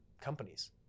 companies